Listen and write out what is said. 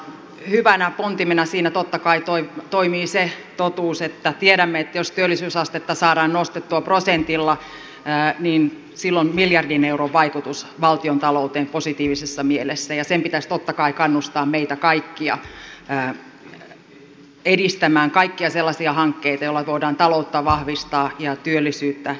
hyvänä pontimena siinä totta kai toimii se totuus että tiedämme että jos työllisyysastetta saadaan nostettua prosentilla niin sillä on miljardin euron vaikutus valtiontalouteen positiivisessa mielessä ja sen pitäisi totta kai kannustaa meitä kaikkia edistämään kaikkia sellaisia hankkeita joilla voidaan taloutta vahvistaa ja työllisyyttä parantaa